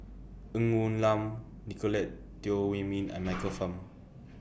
Ng Woon Lam Nicolette Teo Wei Min and Michael Fam